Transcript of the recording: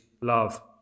love